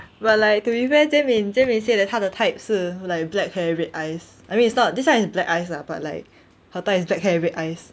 but like to be fair jie min jie min say that 她的 type 是 like black hair red eyes I mean it's not this [one] is black eyes lah but like her is black hair red eyes